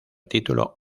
título